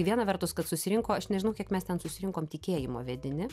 viena vertus kad susirinko aš nežinau kiek mes ten susirinkom tikėjimo vedini